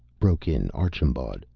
broke in archambaud,